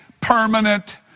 permanent